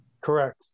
Correct